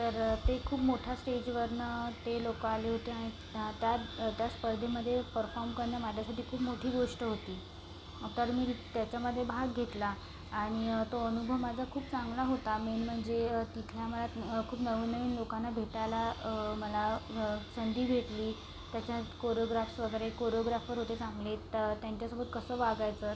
तर ते खूप मोठा स्टेजवरनं ते लोकं आले होते आणि त्या त्या स्पर्धेमध्ये परफॉम करणं माझ्यासाठी खूप मोठी गोष्ट होती तर मी त्याच्यामध्ये भाग घेतला आणि तो अनुभव माझा खूप चांगला होता मेन म्हणजे तिथल्या मला खूप नवीन नवीन लोकांना भेटायला मला संधी भेटली त्याच्यात कोरोग्राफ्स वगैरे कोरोग्राफर होते चांगले तर त्यांच्यासोबत कसं वागायचं